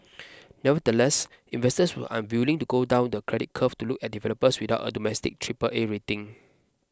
nevertheless investors were unwilling to go down the credit curve to look at developers without a domestic Triple A rating